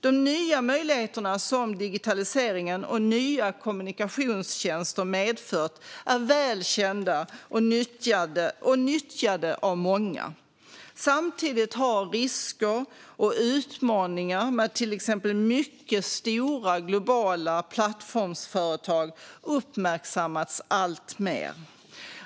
De nya möjligheter som digitaliseringen och nya kommunikationstjänster medfört är väl kända och nyttjade av många. Samtidigt har risker och utmaningar med exempelvis mycket stora globala plattformsföretag uppmärksammats alltmer.